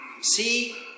See